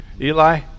Eli